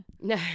No